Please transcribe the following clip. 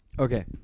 okay